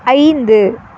ஐந்து